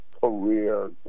career